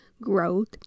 growth